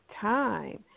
time